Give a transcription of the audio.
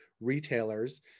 retailers